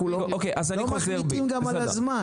אנחנו לא מחליטים גם על הזמן.